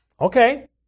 Okay